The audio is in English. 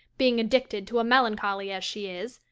being addicted to a melancholy as she is,